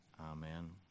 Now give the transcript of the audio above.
Amen